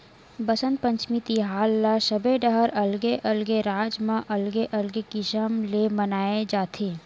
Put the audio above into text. बसंत पंचमी तिहार ल सबे डहर अलगे अलगे राज म अलगे अलगे किसम ले मनाए जाथे